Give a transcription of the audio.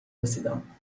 رسیدم